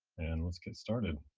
and let's get started.